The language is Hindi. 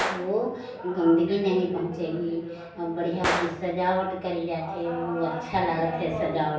तो वह गंदगी नहीं पहुँचेगी और बढ़िया उसकी सजावट करी जात है उस अच्छा लागत है सजावट